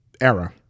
era